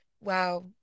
wow